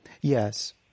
Yes